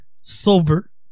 sober